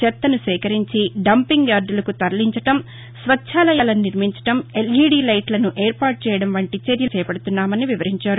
చెత్తను సేకరించి డంపింగ్ యార్దులకు తరలించడం స్వచ్ఛాలయాలను నిర్మించడం ఎల్ఈడీ లైట్లను ఏర్పాటు చేయడం వంటి చర్యలు చేపడుతున్నామని వివరించారు